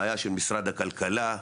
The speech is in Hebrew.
בעיה של משרד הכלכלה.